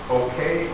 okay